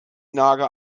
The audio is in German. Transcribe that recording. nager